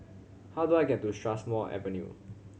how do I get to Strathmore Avenue